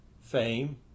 fame